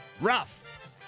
Rough